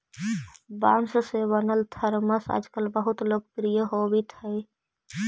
बाँस से बनल थरमस आजकल बहुत लोकप्रिय होवित हई